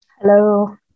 Hello